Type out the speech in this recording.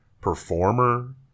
performer